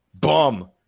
bum